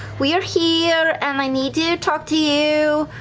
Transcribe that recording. we're here, and i need to talk to you,